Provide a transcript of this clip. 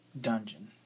dungeon